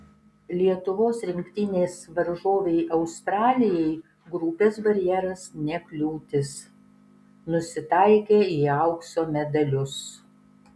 lietuvos rinktinės varžovei australijai grupės barjeras ne kliūtis nusitaikė į aukso medalius